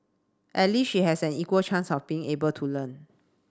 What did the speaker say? at least she has an equal chance of being able to learn